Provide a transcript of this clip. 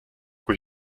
kui